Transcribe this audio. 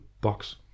box